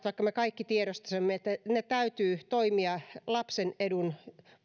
vaikka me kaikki tiedostaisimme että täytyy toimia lapsen edun